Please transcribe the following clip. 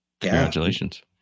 congratulations